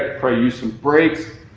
ah use some brakes.